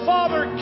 Father